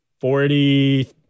Forty